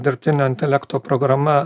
dirbtinio intelekto programa